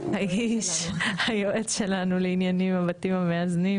והאיש היועץ שלנו לענייני הבתים המאזנים.